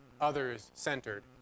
others-centered